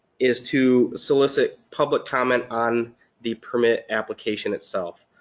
is to solicit public comment on the permit application itself.